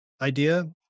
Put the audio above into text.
idea